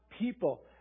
people